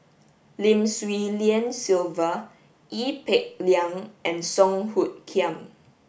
Lim Swee Lian Sylvia Ee Peng Liang and Song Hoot Kiam